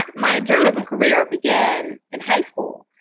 um my journalism career began in high school.